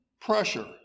pressure